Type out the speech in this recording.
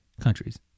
countries